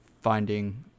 finding